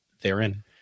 therein